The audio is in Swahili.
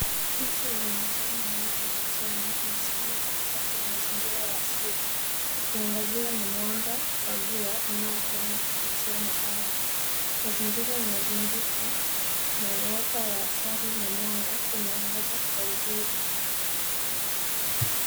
Mti wenye majani mengi ya kijani umesimama katikati ya mazingira ya asili ukiangaziwa na mwanga wa jua unaopenya kupitia matawi. Mazingira yanazunguka na wote wa hasali na mwamba unaangaza kwa uzuri.